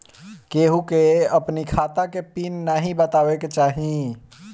केहू के अपनी खाता के पिन नाइ बतावे के चाही